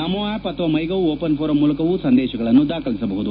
ನಮೋ app ಅಥವಾ MyGov open forum ಮೂಲಕವೂ ಸಂದೇಶಗಳನ್ನು ದಾಖಲಿಸಬಹುದು